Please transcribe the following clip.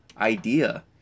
Idea